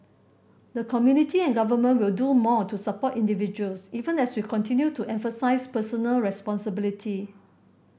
the community and government will do more to support individuals even as we continue to emphasise personal responsibility